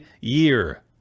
year